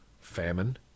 famine